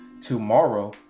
tomorrow